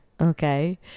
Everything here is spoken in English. Okay